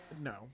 no